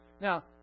Now